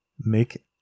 Make